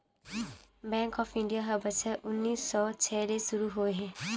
bank of India ह बछर उन्नीस सौ छै ले सुरू होए हे